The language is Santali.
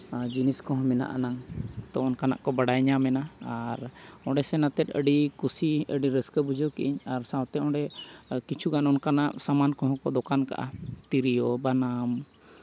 ᱟᱨ ᱡᱤᱱᱤᱥ ᱠᱚᱦᱚᱸ ᱢᱮᱱᱟᱜ ᱟᱱᱟᱝ ᱛᱳ ᱚᱱᱠᱟᱱᱟᱜ ᱠᱚ ᱵᱟᱰᱟᱭ ᱧᱟᱢ ᱮᱱᱟ ᱟᱨ ᱚᱸᱰᱮ ᱥᱮᱱ ᱠᱟᱛᱮ ᱟᱹᱰᱤ ᱠᱩᱥᱤ ᱟᱹᱰᱤ ᱨᱟᱹᱥᱠᱟᱹ ᱵᱩᱡᱷᱟᱹᱣ ᱠᱮᱜ ᱟᱹᱧ ᱟᱨ ᱥᱟᱶᱛᱮ ᱚᱸᱰᱮ ᱟᱨ ᱠᱤᱪᱷᱩᱜᱟᱱ ᱚᱱᱠᱟᱱᱟᱜ ᱥᱟᱢᱟᱱ ᱠᱚᱦᱚᱸ ᱠᱚ ᱫᱚᱠᱟᱱ ᱠᱟᱜᱼᱟ ᱛᱤᱨᱭᱳ ᱵᱟᱱᱟᱢ